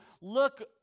look